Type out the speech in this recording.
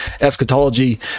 eschatology